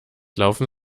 laufen